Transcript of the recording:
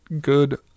good